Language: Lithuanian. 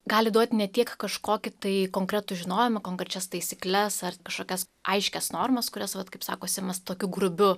gali duoti ne tik kažkokį tai konkretų žinojimą konkrečias taisykles ar kažkokias aiškias normas kurias vat kaip sako simas tokiu grubiu